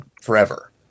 forever